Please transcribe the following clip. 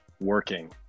working